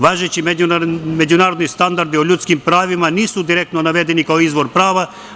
Važeći međunarodni standardi o ljudskim pravima nisu direktno navedeni kao izvor prava.